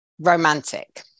romantic